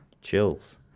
chills